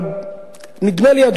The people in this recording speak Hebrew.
אבל נדמה לי,